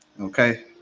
Okay